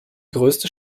größte